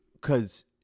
cause